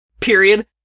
period